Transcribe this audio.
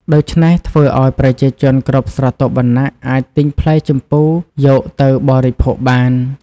ដូច្នេះធ្វើឱ្យប្រជាជនគ្រប់ស្រទាប់វណ្ណៈអាចទិញផ្លែជម្ពូយកទៅបរិភោគបាន។